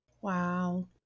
wow